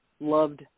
loved